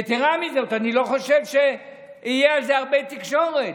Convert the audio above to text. יתרה מזו, אני לא חושב שתהיה על זה הרבה תקשורת,